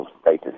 status